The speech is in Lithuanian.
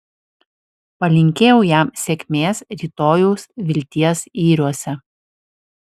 palinkėjau jam sėkmės rytojaus vilties yriuose